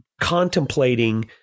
contemplating